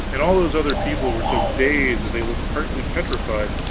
and all those other people were so dazed they looked partly petrified,